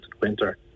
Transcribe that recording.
winter